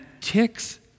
ticks